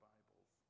Bibles